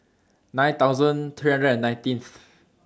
nine thousand three hundred and nineteenth